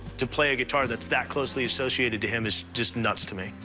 to play a guitar that's that closely associated to him is just nuts to me.